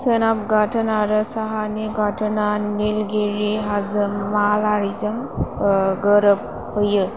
सोनाब गाथोन आरो साहानि गाथोना नीलगिरि हाजो मालारिजों गोरोबहैयो